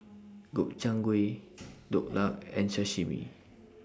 Gobchang Gui Dhokla and Sashimi